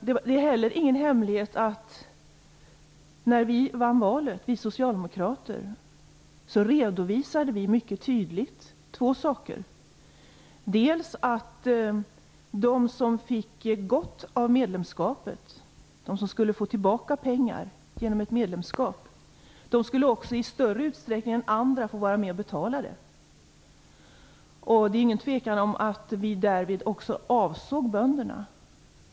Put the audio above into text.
Det är heller ingen hemlighet att när vi socialdemokrater vann valet redovisade vi mycket tydligt två saker: För det första att de som fick gott av medlemskapet, de som skulle få tillbaka pengar genom medlemskapet, skulle i större utsträckning än andra få vara med om att betala det. Det är ingen tvekan om att vi därvid även avsåg bönderna.